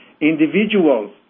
individuals